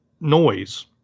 noise